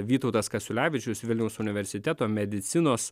vytautas kasiulevičius vilniaus universiteto medicinos